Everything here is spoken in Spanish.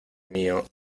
mío